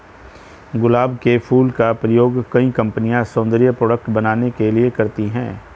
गुलाब के फूल का प्रयोग कई कंपनिया सौन्दर्य प्रोडेक्ट बनाने के लिए करती है